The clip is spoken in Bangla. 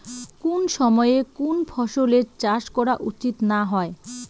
কুন সময়ে কুন ফসলের চাষ করা উচিৎ না হয়?